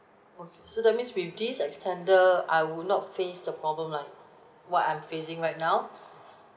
okay so that means with this extender I will not face the problem like what I'm facing right now